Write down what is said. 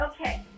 okay